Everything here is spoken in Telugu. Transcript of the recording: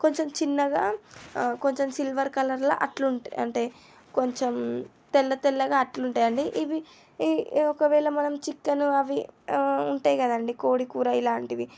కొంచెం చిన్నగా కొంచెం సిల్వర్ కలర్ల అట్లుంటాయి అంటే కొంచెం తెల్ల తెల్లగా అట్లుంటాయండి ఇవి ఒకవేళ మనం చికెన్ అవి ఉంటాయి కదండి కోడి కూర ఇలాంటివి